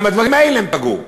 גם בדברים האלה הם פגעו.